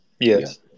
Yes